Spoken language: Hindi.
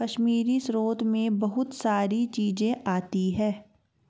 कश्मीरी स्रोत मैं बहुत सारी चीजें आती है